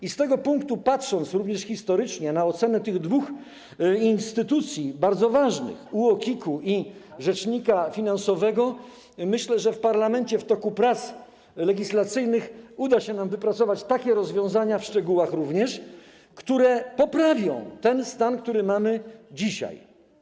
I z tego punktu patrząc również historycznie na ocenę tych dwóch bardzo ważnych instytucji, UOKiK-u i rzecznika finansowego, myślę, że w parlamencie w toku prac legislacyjnych uda się nam wypracować takie rozwiązania, w szczegółach również, które poprawią ten stan, który mamy dzisiaj.